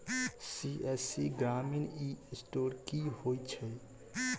CSC ग्रामीण e store की होइ छै?